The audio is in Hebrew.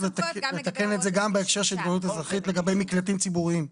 לתקן את זה גם בהקשר של התגוננות אזרחית לגבי מקלטים ציבוריים.